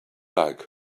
like